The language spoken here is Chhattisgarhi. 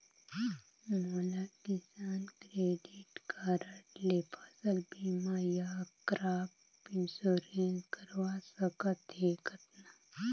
मोला किसान क्रेडिट कारड ले फसल बीमा या क्रॉप इंश्योरेंस करवा सकथ हे कतना?